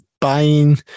Buying